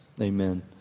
Amen